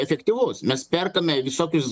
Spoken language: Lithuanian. efektyvus mes perkame visokius